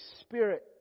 Spirit